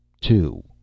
Two